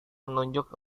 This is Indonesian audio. menunjuk